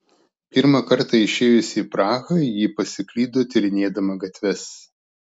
pirmą kartą išėjusi į prahą ji pasiklydo tyrinėdama gatves